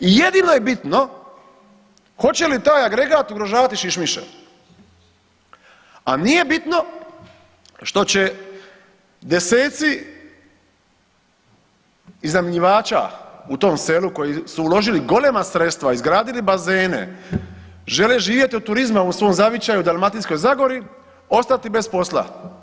I jedino je bitno hoće li taj agregat ugrožavati šišmiše, a nije bitno što će deseci iznajmljivača u tom selu koji su uložili golema sredstva, izgradili bazene, žele živjeti od turizma u svom zavičaju Dalmatinskoj zagori ostati bez posla.